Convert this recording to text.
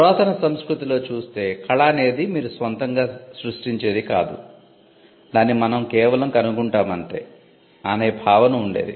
పురాతన సంస్కృతిలో చూస్తే కళ అనేది మీరు స్వంతంగా సృష్టించేది కాదు దాన్ని మనం కేవలం కనుగుంటామంతే అన్న భావన ఉంది